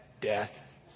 death